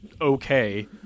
okay